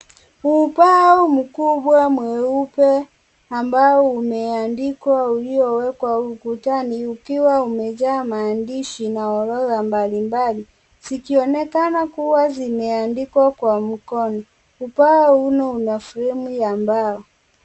Ubao mkubwa mweupe ambao umeandikwa uliowekwa ukutani ukiwa umejaa maandishi na orodha mbalimbali, zikionekana kuwa zimeandikwa kwa mkono. Ubao huo una fremu ya mbao.